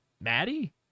Maddie